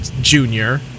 Junior